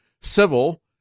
civil